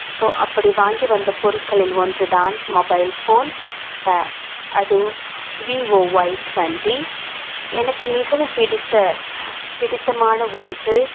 so அப்படி வாங்கி வந்த பொருட்களில் ஒன்று தான் மொபைல் ஃபோன் த அது வீவோ ஒய் டுவெண்ட்டி எனக்கு மிகவும் பிடித்த பிடித்தமான ஒன்று